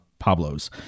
Pablo's